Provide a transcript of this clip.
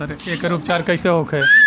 एकर उपचार कईसे होखे?